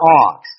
ox